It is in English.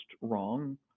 wrong